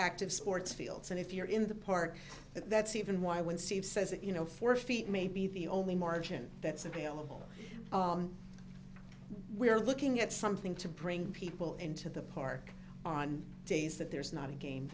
active sports fields and if you're in the park that's even why when steve says that you know four feet may be the only margin that's available we are looking at something to bring people into the park on days that there's not a game